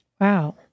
wow